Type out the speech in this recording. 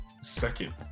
second